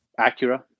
acura